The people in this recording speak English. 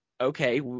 okay